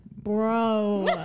Bro